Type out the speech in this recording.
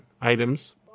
items